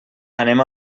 anem